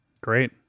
Great